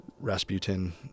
Rasputin